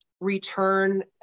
return